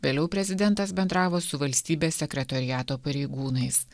vėliau prezidentas bendravo su valstybės sekretoriato pareigūnais